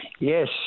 Yes